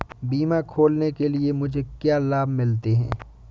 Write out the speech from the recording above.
बीमा खोलने के लिए मुझे क्या लाभ मिलते हैं?